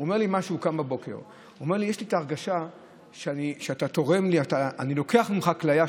הוא אמר לי: קמתי בבוקר ויש לי הרגשה שאני לוקח ממך כליה.